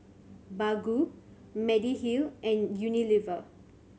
Baggu Mediheal and Unilever